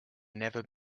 never